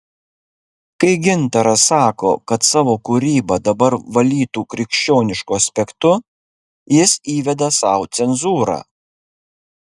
kai gintaras sako kad savo kūrybą dabar valytų krikščionišku aspektu jis įveda sau cenzūrą